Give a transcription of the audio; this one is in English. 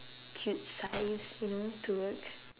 cute size you know to work